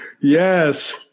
yes